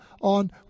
on